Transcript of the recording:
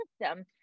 system